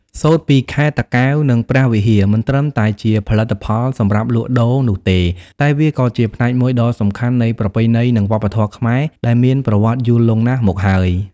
សូត្រពីខេត្តតាកែវ និងព្រះវិហារ មិនត្រឹមតែជាផលិតផលសម្រាប់លក់ដូរនោះទេ តែវាក៏ជាផ្នែកមួយដ៏សំខាន់នៃប្រពៃណី និងវប្បធម៌ខ្មែរដែលមានប្រវត្តិយូរលង់ណាស់មកហើយ។